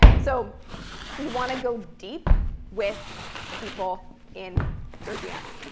so you want to go deep with people in your dms.